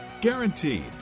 Guaranteed